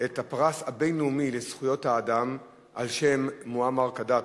את הפרס הבין-לאומי לזכויות האדם על-שם מועמר קדאפי,